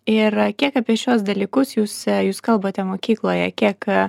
ir kiek apie šiuos dalykus jūs jūs kalbate mokykloje kiek